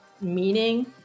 meaning